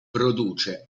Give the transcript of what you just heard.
produce